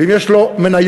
ואם יש לו מניות,